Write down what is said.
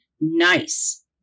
nice